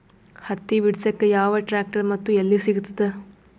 ಹತ್ತಿ ಬಿಡಸಕ್ ಯಾವ ಟ್ರ್ಯಾಕ್ಟರ್ ಮತ್ತು ಎಲ್ಲಿ ಸಿಗತದ?